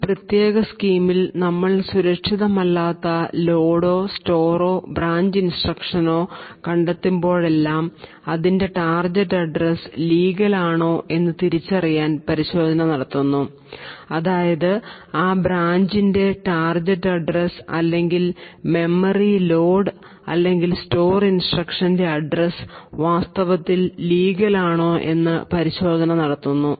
ഈ പ്രത്യേക സ്കീമിൽ നമ്മൾ സുരക്ഷിതമല്ലാത്ത ലോഡോ സ്റ്റോറോ ബ്രാഞ്ച് നിർദ്ദേശങ്ങളോ കണ്ടെത്തുമ്പോഴെല്ലാം അതിൻ്റെ ടാർജെറ്റ് അഡ്രസ്സ് ലീഗൽ ആണോ എന്ന് തിരിച്ചറിയാൻ പരിശോധന നടത്തുന്നു അതായത് ആ ബ്രാഞ്ചിന്റെ ടാർജെറ്റ് അഡ്രസ്സ് അല്ലെങ്കിൽ മെമ്മറി ലോഡ് അല്ലെങ്കിൽ സ്റ്റോർ ഇൻസ്ട്രക്ഷന്റെ അഡ്രസ്സ് വാസ്തവത്തിൽ ലീഗൽ ആണോ എന്ന് പരിശോധന നടത്തുന്നു